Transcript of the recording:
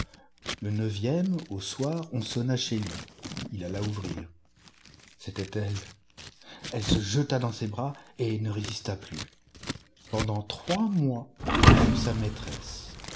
le neuvième au soir on sonna chez lui ii alla ouvrir c'était elle elle se jeta dans ses bras et ne résista plus pendant trois mois elle fut sa maîtresse